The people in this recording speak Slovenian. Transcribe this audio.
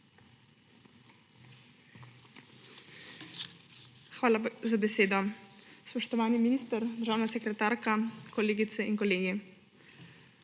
Hvala za besedo. Spoštovani minister, državna sekretarka, kolegice in kolegi!